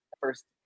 first